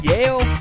Yale